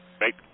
make